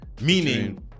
meaning